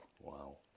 Wow